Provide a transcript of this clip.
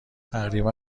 تقریبا